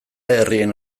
herrien